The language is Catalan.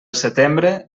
setembre